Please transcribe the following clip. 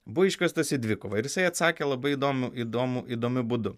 buvo iškviestas į dvikovą ir jisai atsakė labai įdomu įdomu įdomiu būdu